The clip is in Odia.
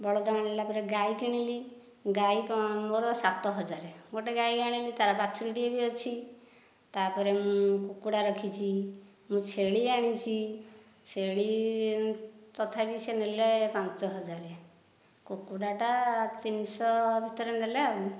ବଳଦ ଆଣିଲା ପରେ ଗାଈ କିଣିଲି ଗାଈ ମୋର ସାତ ହଜାର ଗୋଟିଏ ଗାଈ ଆଣିଲି ତାର ବାଛୁରିଟିଏ ବି ଅଛି ତାପରେ ମୁଁ କୁକୁଡ଼ା ରଖିଛି ମୁଁ ଛେଳି ଆଣିଛି ଛେଳି ତଥାପି ସେ ନେଲେ ପାଞ୍ଚ ହଜାର କୁକୁଡ଼ାଟା ତିନିଶହ ଭିତରେ ନେଲେ ଆଉ